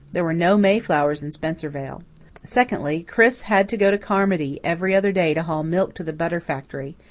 there were no mayflowers in spencervale secondly, chris had to go to carmody every other day to haul milk to the butter factory,